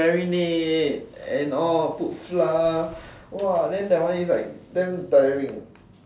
marinate and all put flour !wah! then that one is like damn tiring